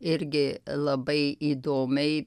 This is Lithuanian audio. irgi labai įdomiai